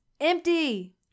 empty